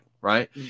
Right